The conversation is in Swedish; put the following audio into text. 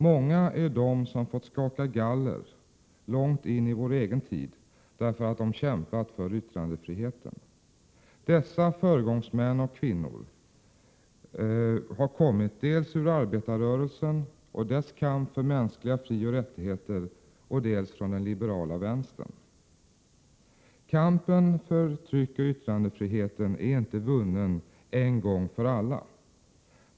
Många är de som fått skaka galler — långt in i vår egen tid — därför att de kämpat för yttrandefriheten. Dessa föregångsmän och kvinnor har kommit dels ur arbetarrörelsen och dess kamp för mänskliga frioch rättigheter, dels från den liberala vänstern. Kampen för tryckoch yttrandefriheten är inte vunnen en gång för alla.